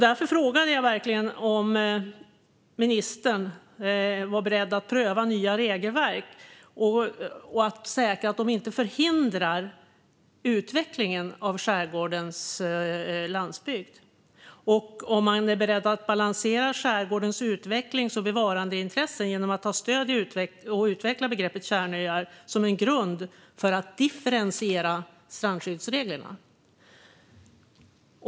Därför frågade jag om ministern var beredd att pröva nya regelverk och säkra att de inte förhindrar utvecklingen av skärgårdens landsbygd, och om man är beredd att balansera skärgårdens utvecklings och bevarandeintressen genom att ta stöd i och utveckla begreppet kärnöar som en grund för att differentiera strandskyddsreglerna.